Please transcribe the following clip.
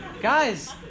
Guys